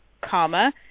comma